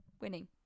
winning